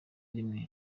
rimwe